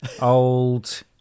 Old